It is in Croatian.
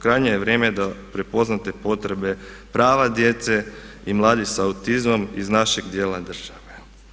Krajnje je vrijeme da prepoznate potrebe prava djece i mladih sa autizmom iz našeg dijela države.